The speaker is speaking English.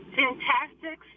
fantastic